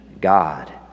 God